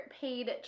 paid